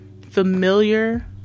familiar